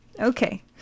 Okay